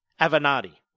Avenatti